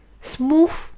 smooth